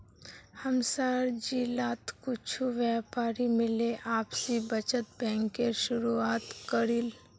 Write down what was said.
हमसार जिलात कुछु व्यापारी मिले आपसी बचत बैंकेर शुरुआत करील